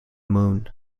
moon